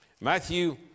Matthew